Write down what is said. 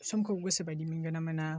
समखौ गोसोबायदि मोनगोना मोना